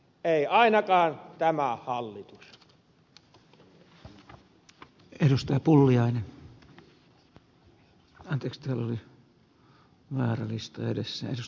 ei ainakaan tämä hallitus